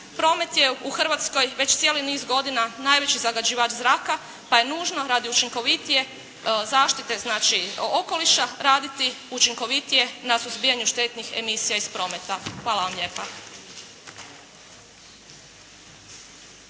promet je u Hrvatskoj već cijeli niz godina najveći zagađivač zraka pa je nužno radi učinkovitije zaštite znači okoliša raditi učinkovitije na suzbijanju štetnih emisija iz prometa. Hvala vam lijepa.